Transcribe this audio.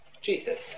Jesus